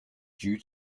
due